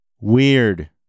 weird